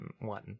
one